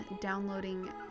downloading